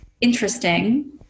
interesting